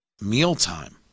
Mealtime